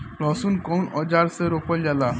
लहसुन कउन औजार से रोपल जाला?